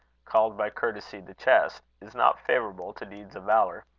called by courtesy the chest, is not favourable to deeds of valour.